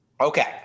Okay